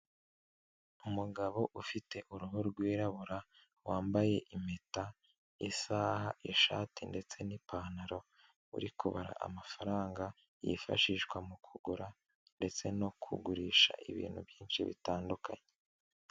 Umugabo ufite uruhu rwirabura wambaye impeta, isaha, ishati, ndetse n'ipantaro uri kubara amafaranga yifashishwa mu kugura ndetse no kugurisha ibintu byinshi bitandukanye.